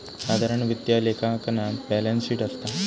साधारण वित्तीय लेखांकनात बॅलेंस शीट असता